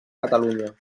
catalunya